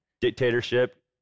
dictatorship